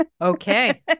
Okay